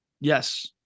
yes